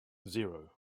zero